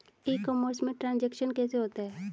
ई commerce में transaction कैसे होता है?